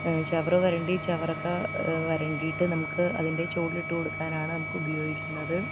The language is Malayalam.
ചവറു വരണ്ടി ചവറൊക്കെ വരണ്ടീട്ട് നമുക്ക് അതിൻ്റെ ചോട്ടിലിട്ട് കൊടുക്കാനാണ് നമുക്ക് ഉപയോഗിക്കുന്നത്